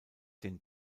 den